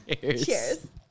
Cheers